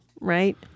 right